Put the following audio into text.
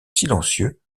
silencieux